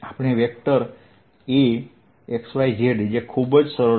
આપણે વેક્ટર ક્ષેત્ર Axyz જે ખુબ જ સરળ છે